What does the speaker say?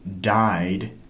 died